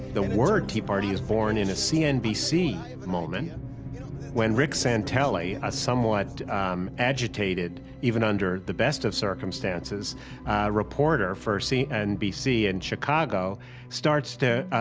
the word tea party is born in a cnbc moment yeah you know when rick santelli, a somewhat agitated even under the best of circumstances reporter for cnbc in chicago starts to.